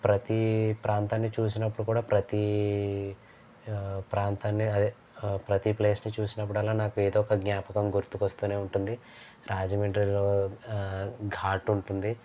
ప్రతీ ప్రాంతాన్ని చూసినప్పుడు కూడా ప్రతీ ప్రాంతాన్ని అదే ప్రతీ ప్లేసుని చూసినప్పుడల్లా నాకు ఏదో ఒక జ్ఞాపకం గుర్తుకొస్తూనే ఉంటుంది రాజమండ్రిలో ఘాట్ ఉంటుంది